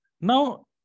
Now